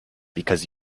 because